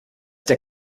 der